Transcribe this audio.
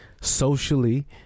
socially